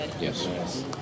yes